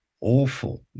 awful